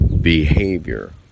behavior